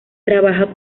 trabaja